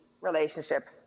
relationships